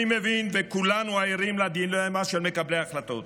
אני מבין, וכולנו ערים לדילמה של מקבלי ההחלטות.